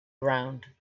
ground